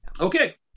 Okay